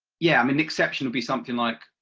yeah i mean exception would be something like,